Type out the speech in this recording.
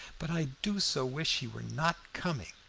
but i do so wish he were not coming!